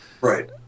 Right